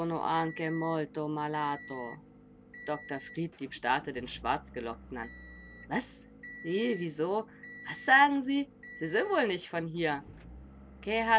dr friedlieb starrte den schwarzgelockten an was wie wieso was sagen sie sie sind wohl nich von hier